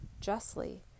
justly